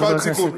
משפט סיכום.